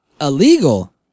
illegal